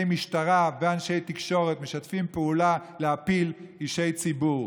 משטרה ואנשי תקשורת משתפים פעולה להפיל אישי ציבור.